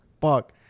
fuck